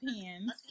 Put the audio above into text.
hands